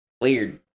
Weird